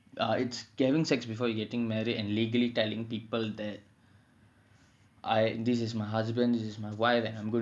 uh it's having sex before you are getting married and legally telling people that